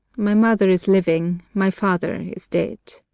my mother is living my father is dead.